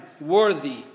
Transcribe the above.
worthy